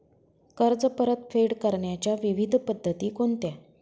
कर्ज परतफेड करण्याच्या विविध पद्धती कोणत्या?